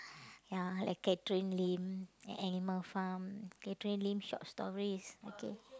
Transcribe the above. ya like Catherine-Lim and animal farm Catherine-Lim short stories okay